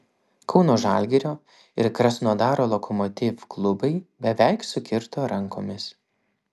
kauno žalgirio ir krasnodaro lokomotiv klubai beveik sukirto rankomis